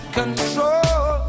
control